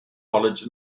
college